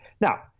Now